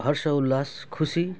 हर्ष उल्लास खुली